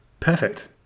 perfect